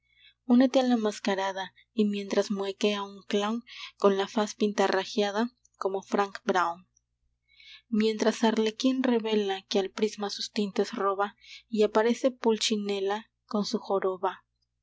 unete a la mascarada y mientras muequea un clown con la faz pintarrajeada como frank brown mientras arlequín revela que al prisma sus tintes roba y aparece pulchinela con su joroba di